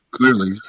Clearly